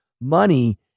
money